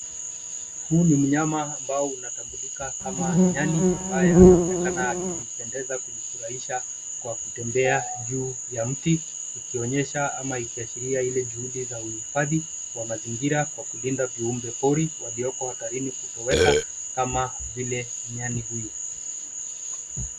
Huyu ni mnyama ambaye anatambulika kama nyani, ambaye anaonekana akijipendeza kujifurahisha kwa kutembea juu ya mti, ikionyesha ama ikiashiria Ile juhudi ya uhifadhi wa mazingira kwa kulinda viumbe pori walioko hatarini kutoweka kama vile nyani huyu.